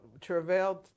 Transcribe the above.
travailed